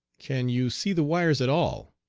can you see the wires at all?